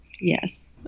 Yes